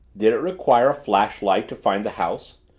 did it require a flashlight to find the house?